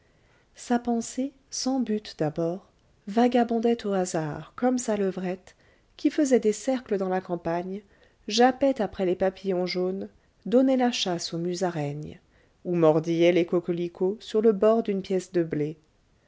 sa pensée sans but d'abord vagabondait au hasard comme sa levrette qui faisait des cercles dans la campagne jappait après les papillons jaunes donnait la chasse aux musaraignes ou mordillait les coquelicots sur le bord d'une pièce de blé